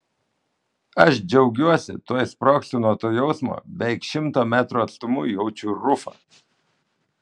aš džiaugiuosi tuoj sprogsiu nuo to jausmo beveik šimto metrų atstumu jaučiu rufą